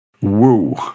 Woo